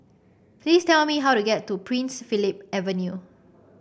please tell me how to get to Prince Philip Avenue